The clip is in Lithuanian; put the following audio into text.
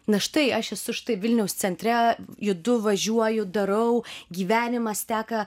na štai aš esu štai vilniaus centre judu važiuoju darau gyvenimas teka